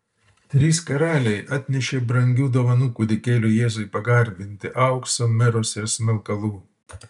trys karaliai atnešė brangių dovanų kūdikėliui jėzui pagarbinti aukso miros ir smilkalų